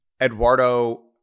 Eduardo